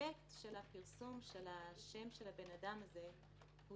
- האפקט בפרסום שמו של האדם הזה הוא